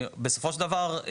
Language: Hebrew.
בסופו של דבר,